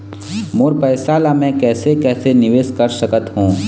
मोर पैसा ला मैं कैसे कैसे निवेश कर सकत हो?